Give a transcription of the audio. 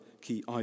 key